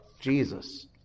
Jesus